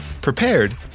prepared